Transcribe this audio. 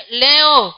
leo